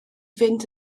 fynd